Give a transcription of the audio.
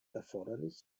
erforderlich